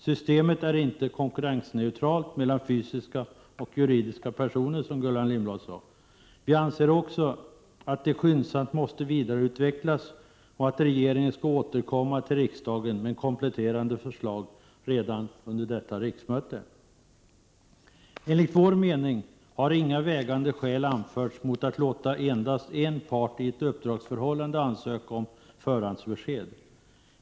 Systemet är inte konkurrensneutralt mellan fysiska och juridiska personer, som Gullan Lindblad sade. Vi anser att det skyndsamt måste vidareutvecklas och att regeringen skall återkomma till riksdagen med kompletterande förslag redan under detta riksmöte. Enligt vår mening har inga vägande skäl anförts mot att låta endast en part i ett uppdragsförhållande ansöka om förhandsbesked.